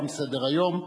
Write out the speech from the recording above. תם סדר-היום.